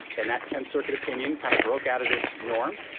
and that tenth circuit opinion kind of broke out of this norm.